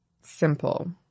simple